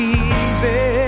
easy